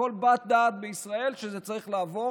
לכל בת-דעת בישראל שזה צריך לעבור.